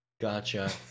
Gotcha